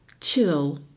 chill